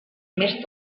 més